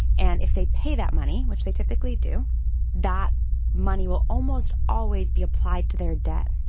and if they pay that money which they typically do that money will almost always be applied to their debt.